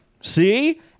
see